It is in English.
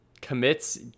commits